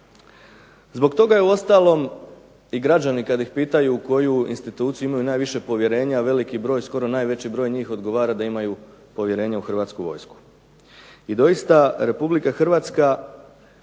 Zbog toga uostalom i građani kada ih pitaju u koju instituciju imaju najviše povjerenja skoro najveći broj najviše odgovara da imaju povjerenja u Hrvatsku vojsku. I doista Republika Hrvatska